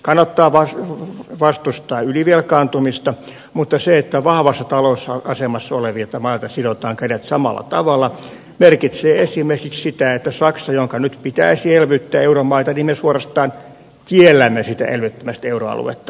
kannattaa vastustaa ylivelkaantumista mutta se että vahvassa talousasemassa olevilta mailta sidotaan kädet samalla tavalla merkitsee esimerkiksi sitä että saksaa jonka nyt pitäisi elvyttää euromaita me suorastaan kiellämme elvyttämästä euroaluetta